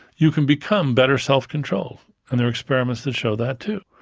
you can become better self-controlled. and there are experiments that show that too.